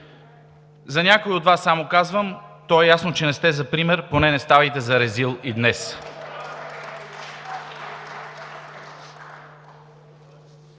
За някои от Вас само казвам – то е ясно, че не сте за пример – поне не ставайте за резил и днес!